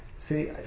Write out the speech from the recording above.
See